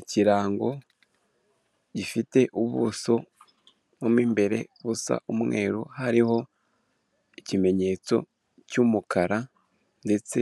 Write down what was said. Ikirango gifite ubuso mo imbere busa umweru hariho ikimenyetso cy'umukara, ndetse